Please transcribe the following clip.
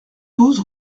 douze